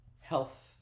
health